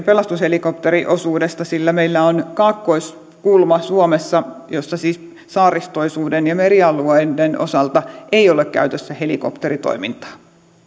pelastushelikopteriosuudesta sillä meillä on kaakkoiskulma suomessa sellainen jossa siis saaristojen ja merialueiden osalta ei ole käytössä helikopteritoimintaa